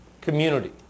community